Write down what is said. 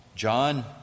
John